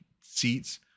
seats